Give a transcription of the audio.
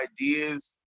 ideas